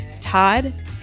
Todd